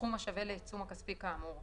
סכום השווה לעיצום הכספי כאמור,